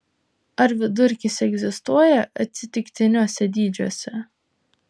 ar vidurkis egzistuoja atsitiktiniuose dydžiuose